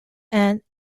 and